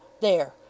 There